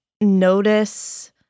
notice